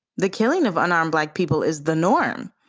the killing of unarmed black people is the norm.